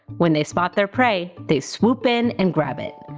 when they spot their prey, they swoop in and grab it!